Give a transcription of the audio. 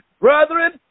brethren